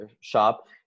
shop